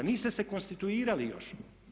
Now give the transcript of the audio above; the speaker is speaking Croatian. Niste se konstituirali još.